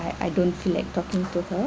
I I don't feel like talking to her